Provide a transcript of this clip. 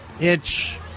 inch